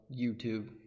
YouTube